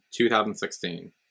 2016